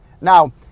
Now